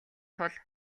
тул